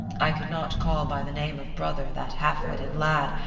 i could not call by the name of brother that half-witted lad,